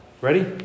Ready